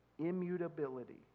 immutability